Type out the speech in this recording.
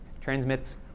transmits